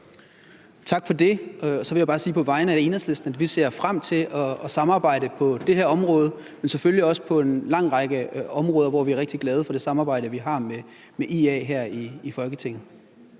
Tak for det. Så vil jeg bare på vegne af Enhedslisten sige, at vi ser frem til at samarbejde på det her område, men selvfølgelig også på en lang række andre områder. Vi er rigtig glade for det samarbejde, vi har med IA her i Folketinget.